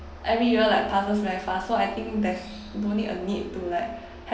every year like passes very fast so I think there's no need a need to like